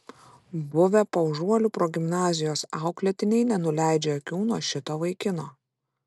buvę paužuolių progimnazijos auklėtiniai nenuleidžia akių nuo šito vaikino